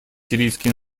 сирийский